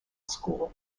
school